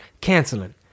canceling